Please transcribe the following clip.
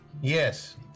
Yes